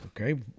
Okay